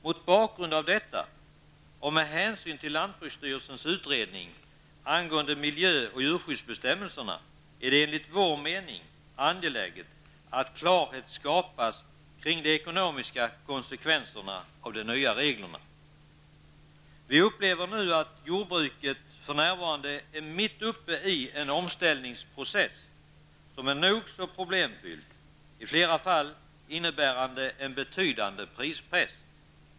Mot bakgrund av detta och med hänsyn till lantbruksstyrelsens utredning angående miljö och djurskyddsbestämmelserna är det enligt vår mening angeläget att klarhet skapas kring de ekonomiska konsekvenserna av de nya reglerna. Vi upplever nu att jordbruket är mitt uppe i en omställningsprocess, som är nog så problemfylld och i flera fall innebär en betydande prispress.